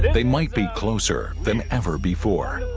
they might be closer than ever before